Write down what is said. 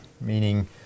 meaning